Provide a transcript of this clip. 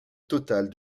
totale